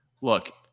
look